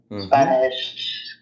Spanish